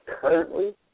currently